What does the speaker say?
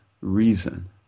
reason